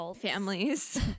Families